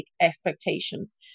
expectations